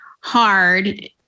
hard